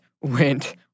went